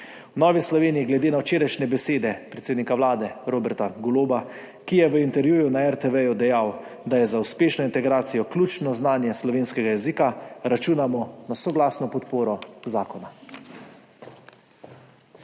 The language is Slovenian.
V Novi Sloveniji glede na včerajšnje besede predsednika Vlade Roberta Goloba, ki je v intervjuju na RTV dejal, da je za uspešno integracijo ključno znanje slovenskega jezika, računamo na soglasno podporo zakona.